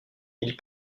ils